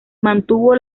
mantuvo